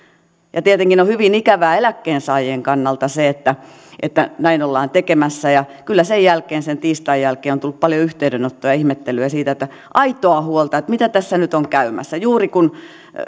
kysymys tietenkin on hyvin ikävää eläkkeensaajien kannalta se että että näin ollaan tekemässä kyllä sen jälkeen sen tiistain jälkeen on tullut paljon yhteydenottoja ja ihmettelyä aitoa huolta siitä mitä tässä nyt on käymässä juuri kun